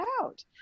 out